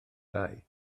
dau